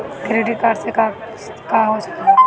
Credit card से का हो सकइत बा?